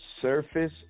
surface